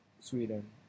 Sweden